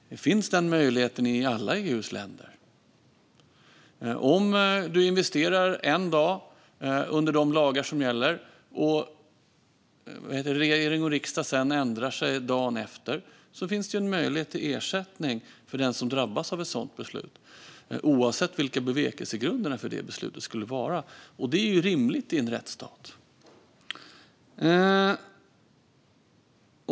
Den möjligheten finns i alla EU:s länder. Om man en dag investerar under de lagar som gäller och regering och riksdag sedan ändrar sig dagen efter finns det en möjlighet till ersättning för den som drabbas av ett sådant beslut, oavsett vilka bevekelsegrunderna för beslutet skulle vara. Det är rimligt i en rättsstat.